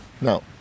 No